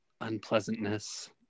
unpleasantness